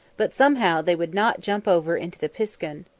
but somehow they would not jump over into the piskun.